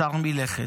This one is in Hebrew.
ועצר מלכת.